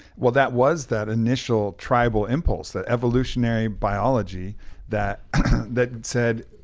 well, that was that initial tribal impulse, that evolutionary biology that that said,